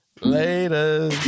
Later